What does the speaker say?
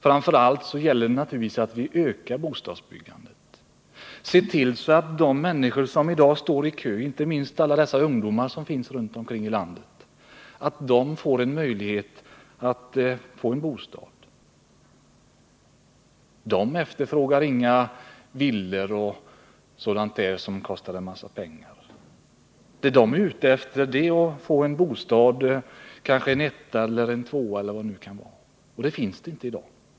Framför allt vill vi naturligtvis öka bostadsbyggandet och se till att de människor som i dag står i kö, inte minst alla ungdomar runt om i landet, får möjlighet till en bostad. Ungdomarna efterfrågar inga villor som kostar en massa pengar. De är ute efter en bostad, kanske en etta eller en tvåa, och sådana finns inte i dag.